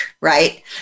right